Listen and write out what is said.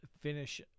finish